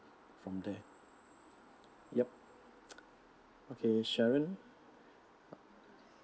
from there yup okay sharon